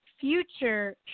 future